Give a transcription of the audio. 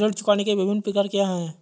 ऋण चुकाने के विभिन्न प्रकार क्या हैं?